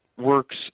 works